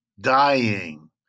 dying